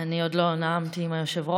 אני עוד לא נאמתי עם היושב-ראש,